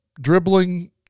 dribbling